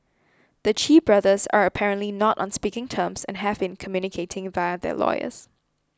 the Chee brothers are apparently not on speaking terms and have been communicating via their lawyers